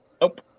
Nope